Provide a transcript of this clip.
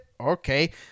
okay